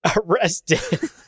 arrested